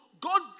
God